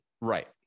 Right